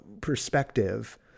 perspective